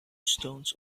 stones